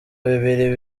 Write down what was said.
bibiri